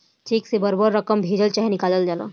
check से बड़ बड़ रकम भेजल चाहे निकालल जाला